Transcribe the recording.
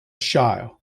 shire